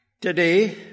Today